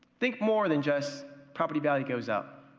think more than just property value goes up.